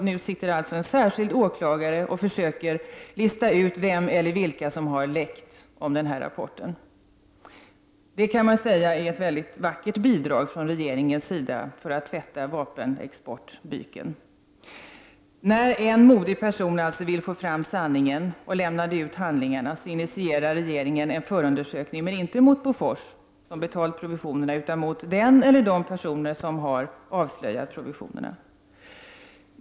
Nu sitter alltså en särskild åklagare och försöker lista ut vem eller vilka som har läckt om den här rapporten. Det är, kan man säga, ett mycket vackert bidrag från regeringens sida för att tvätta vapenexportbyken. När alltså en modig person ville få fram sanningen och lämnade ut handlingarna, initierade regeringen en förundersökning — men inte mot Bofors, som betalat provisionerna, utan mot den person eller de personer som har avslöjat provisionerna.